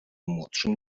młodszym